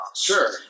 Sure